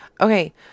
Okay